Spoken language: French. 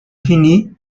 finie